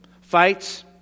Fights